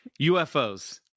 UFOs